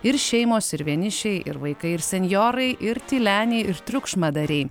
ir šeimos ir vienišiai ir vaikai ir senjorai ir tyleniai ir triukšmadariai